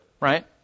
right